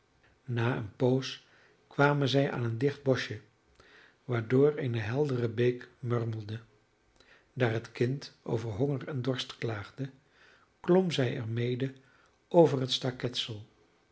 na een poos kwamen zij aan een dicht boschje waardoor eene heldere beek murmelde daar het kind over honger en dorst klaagde klom zij er mede over het